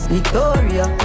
Victoria